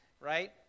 right